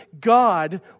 God